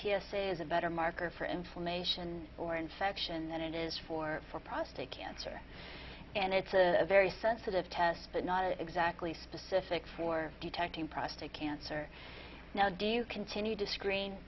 a is a better marker for information or infection than it is for for prostate cancer and it's a very sensitive test but not exactly specific for detecting prostate cancer now do you continue to screen